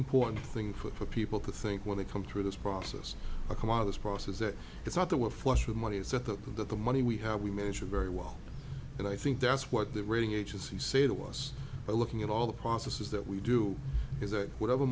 important thing for people to think when they come through this process or come out of this process that it's not that we're flush with money it's set up and that the money we have we measure very well and i think that's what the rating agencies say to us by looking at all the processes that we do is that whatever